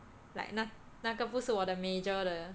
like 那那个不是我的 major 的